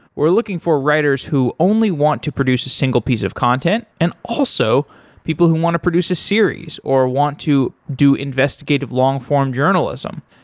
we're looking for writers who only want to produce a single piece of content and also people who want to produce a series or want to do investigative long-form journalism.